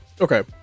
okay